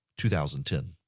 2010